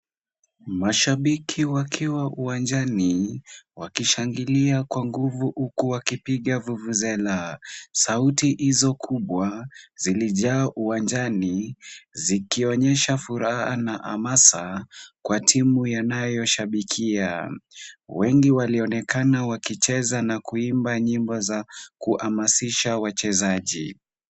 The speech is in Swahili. Mashabiki wakiwa uwanjani wakishangilia kwa nguvu huku wakipiga vuvuzela. Sauti hizo kubwa zilijaa uwanjani zikionyesha furaha na hamasa kwa timu yanayo shabikia. Wengi walionekana wakicheza na kuimba nyimbo za kuhamasisha wachezaji.